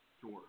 Sure